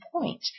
point